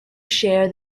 share